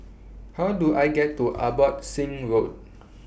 How Do I get to Abbotsingh Road